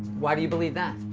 why do you believe that?